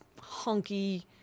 hunky